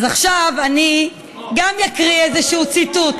אז עכשיו גם אני אקריא איזשהו ציטוט.